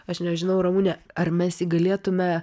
aš nežinau ramune ar mes jį galėtume